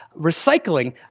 recycling